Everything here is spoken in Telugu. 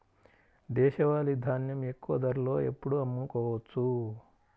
దేశవాలి ధాన్యం ఎక్కువ ధరలో ఎప్పుడు అమ్ముకోవచ్చు?